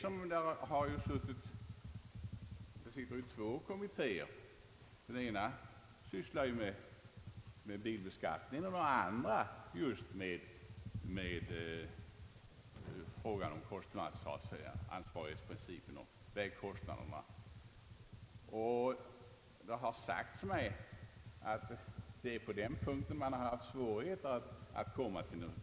Nu sitter ju två kommittéer. Den ena sysslar med bilbeskattningen och den andra just med frågan om kostnadsansvarighetsprincipen och vägkostnaderna. Innan dessa kommittéer sagt sitt ord, finns det ingen plattform att stå på. Det har sagts mig att det är på den punkten man har haft svårigheter att nå något resultat.